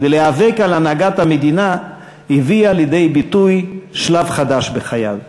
ולהיאבק על הנהגת המדינה הביאה לידי ביטוי שלב חדש בחייו.